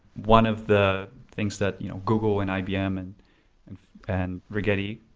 one of the things that you know google and ibm and and and rigetti,